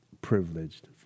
privileged